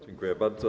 Dziękuję bardzo.